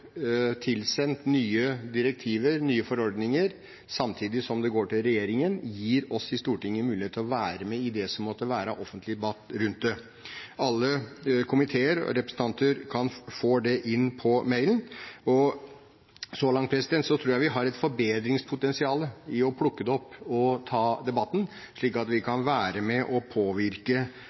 tilsendt nye direktiver, nye forordninger, samtidig som det går til regjeringen, gir oss i Stortinget mulighet til å være med i det som måtte være av offentlig debatt rundt det. Alle komiteer og representanter får det inn på mailen. Så langt tror jeg vi har et forbedringspotensial i å plukke det opp og ta debatten, slik at vi kan være med og påvirke